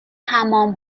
حمام